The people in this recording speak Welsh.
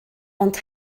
ond